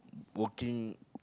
working